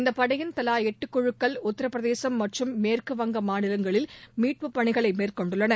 இந்த படையின் தலா எட்டு குழுக்கள் உத்தரப்பிரதேசம்மற்றும் மேற்குவங்க மாநிலங்களில் மீட்புப் பணிகளை மேற்கொண்டுள்ளன